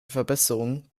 verbesserungen